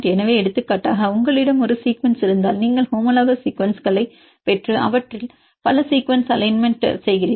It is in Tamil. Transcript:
எனவே எடுத்துக்காட்டாக உங்களிடம் ஒரு சீக்குவன்ஸ் இருந்தால் நீங்கள் ஹோமோலோகோஸ் சீக்குவன்ஸ்களைப் பெற்று அவற்றின் பல சீக்குவன்ஸ் அலைன்மெண்ட் செய்கிறீர்கள்